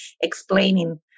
explaining